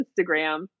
Instagram